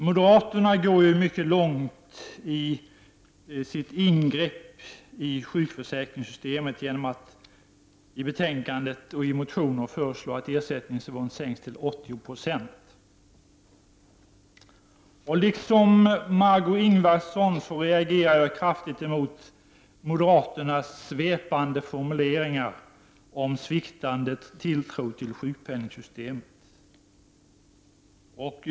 Moderaterna går mycket långt i sitt ingrepp i sjukförsäkringssystemet, genom att i betänkandet och i motioner föreslå att ersättningsnivån sänks till 80 96. Liksom Margö Ingvardsson reagerar jag kraftigt mot moderaternas svepande formuleringar om sviktande tilltro till sjukpenningsystemet.